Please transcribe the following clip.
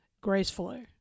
gracefully